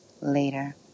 later